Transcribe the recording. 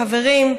חברים,